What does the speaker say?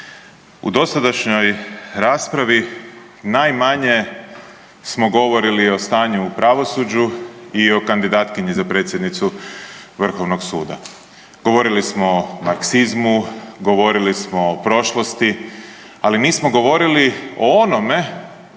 u dosadašnjoj raspravi najmanje smo govorili o stanju u pravosuđu i o kandidatkinji za predsjednicu vrhovnog suda. Govorili smo o Marksizmu, govorili smo o prošlosti, ali nismo govorili o onome,